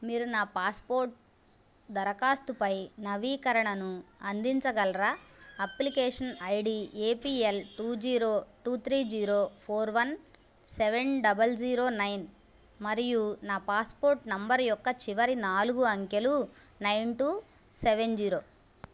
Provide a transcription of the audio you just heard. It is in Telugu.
మీరు నా పాస్పోర్ట్ దరఖాస్తుపై నవీకరణను అందించగలరా application ID A P L two zero two three zero four one seven double zero nine మరియు నా పాస్పోర్ట్ నంబర్ యొక్క చివరి నాలుగు అంకెలు నైన్ టు సెవెన్ జీరో